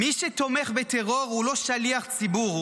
מי שתומך בטרור הוא לא שליח ציבור,